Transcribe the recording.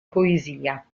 poesia